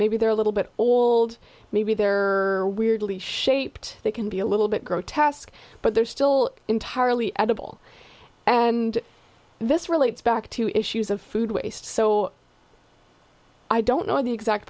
maybe they're a little bit old maybe there are weirdly shaped they can be a little bit grotesque but they're still entirely edible and this relates back to issues of food waste so i don't know the exact